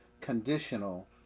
conditional